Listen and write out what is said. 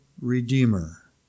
redeemer